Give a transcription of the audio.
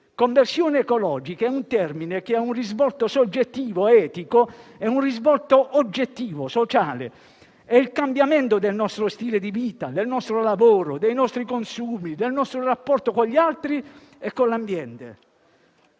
Conversione ecologica è un'espressione che ha un risvolto soggettivo, etico, e uno oggettivo, sociale. È il cambiamento del nostro stile di vita, del nostro lavoro, dei nostri consumi e del nostro rapporto con gli altri e con l'ambiente.